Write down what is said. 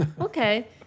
okay